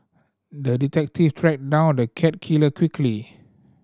the detective tracked down on the cat killer quickly